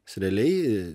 jis realiai